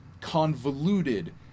convoluted